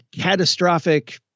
catastrophic